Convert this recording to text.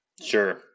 Sure